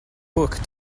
book